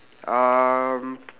um